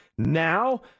Now